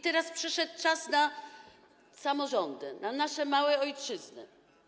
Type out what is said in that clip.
Teraz przyszedł czas na samorządy, na nasze małe ojczyzny.